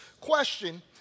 question